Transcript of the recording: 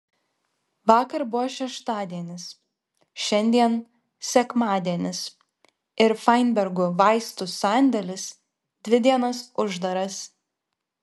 vakar buvo šeštadienis šiandien sekmadienis ir fainbergų vaistų sandėlis dvi dienas uždaras